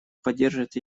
поддерживает